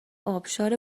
ابشار